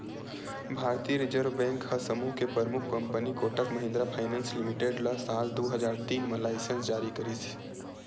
भारतीय reserve bank ह समूह के परमुख company Kotak Mahindra finance limited ल साल दू हजार तीन म लाइनेंस जारी करिस